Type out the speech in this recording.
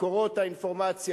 מקורות האינפורמציה,